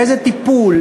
איזה טיפול,